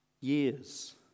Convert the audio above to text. Years